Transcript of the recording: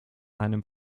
einem